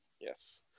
Yes